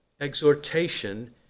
exhortation